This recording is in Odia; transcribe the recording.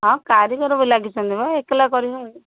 ହଁ କାରିଗର ବି ଲାଗିଛନ୍ତି ବା ଏକେଲା କରିବେ